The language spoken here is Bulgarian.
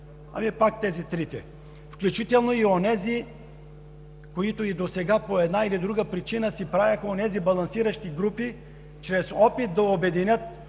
Пак тези трите, включително и онези, които и досега по една или друга причина си правеха балансиращи групи чрез опит да обединят